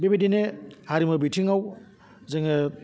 बेबायदिनो हारिमु बिथिङाव जोङो